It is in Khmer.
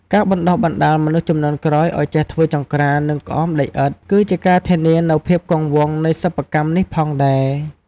ការបណ្ដុះបណ្ដាលមនុស្សជំនាន់ក្រោយឱ្យចេះធ្វើចង្ក្រាន និងក្អមដីឥដ្ឋ គឺជាការធានានូវភាពគង់វង្សនៃសិប្បកម្មនេះផងដែរ។